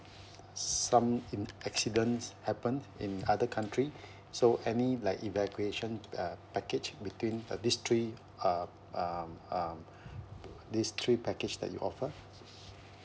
some in accidents happen in other country so any like evacuation uh package between uh these three um um um these three package that you offer